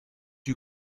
you